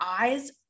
eyes